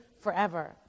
forever